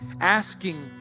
asking